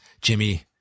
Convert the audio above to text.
Jimmy